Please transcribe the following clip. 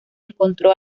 encontró